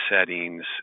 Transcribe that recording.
settings